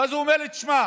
ואז הוא אומר לי : תשמע,